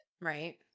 Right